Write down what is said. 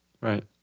Right